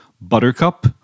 Buttercup